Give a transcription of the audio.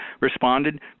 responded